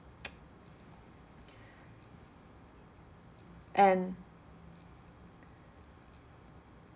and